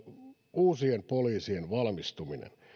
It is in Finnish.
uusien poliisien valmistuminen